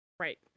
Right